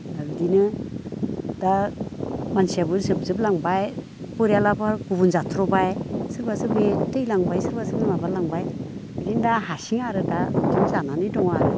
बिदिनो दा मानसियाबो जोबजोबलांबाय परियालाबो गुबुन जाथ्र'बाय सोरबा सोरबि थैलांबाय सोरबा सोरबि माबालांबाय बिदिनो दा हारसिं आरो दा बिदिनो जानानै दं आरो